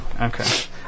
Okay